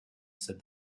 said